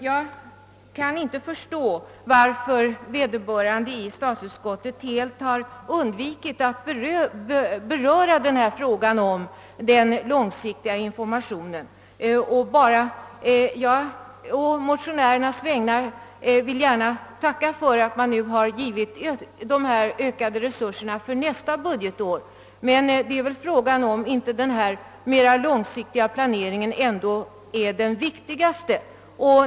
Jag kan inte förstå varför vederbörande i statsutskottet helt har undvikit att beröra frågan om den långsiktiga informationen. Å motionärernas vägnar vill jag gärna tacka för att man nu har givit institutet ökade resurser för nästa budgetår, men frågan är om inte denna mera långsiktiga planering ändå är det viktigaste.